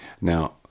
Now